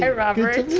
yeah robert.